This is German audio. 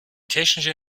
technische